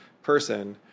person